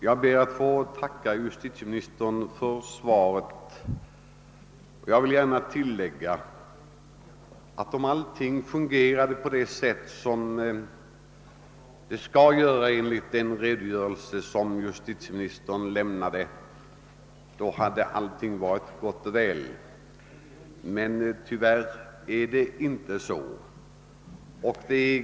Herr talman! Jag får tacka justitieministern för svaret. Jag vill gärna tilllägga, att om allting fungerade på det sätt som det skall göra enligt den redogörelse justitieministern lämnade hade allting varit gott och väl. Men tyvärr är det inte så.